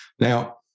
Now